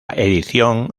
edición